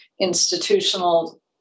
institutional